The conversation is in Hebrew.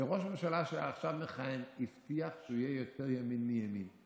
וראש ממשלה שמכהן עכשיו הבטיח שהוא יהיה יותר ימין מימין.